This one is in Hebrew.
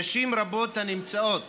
נשים רבות הנמצאות